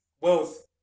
Wealth